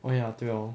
oh ya 对 hor